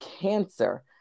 cancer